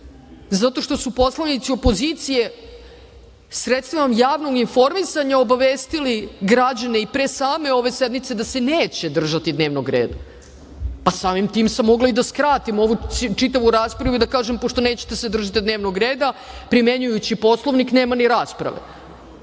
zato što su poslanici opozicije sredstvima javnog informisanja obavestili građane i pre same ove sednice da se neće držati dnevnog reda, a samim tim sam mogla i da skratim ovu čitavu raspravu i da kažem, pošto nećete da se držite dnevnog reda, primenjujući Poslovnik nema ni rasprave,